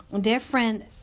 different